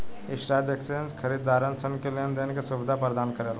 stock exchange खरीदारसन के लेन देन के सुबिधा परदान करेला